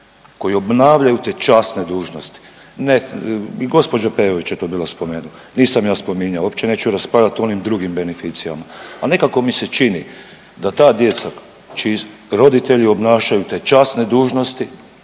koji obnavljaju te časne dužnosti. I gospođa je to bila spomenula, nisam ja spominjao uopće neću raspravljati o onim drugim beneficijama. Ali nekako mi se čini da ta djeca čiji roditelji obnašaju te časne dužnosti,